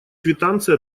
квитанция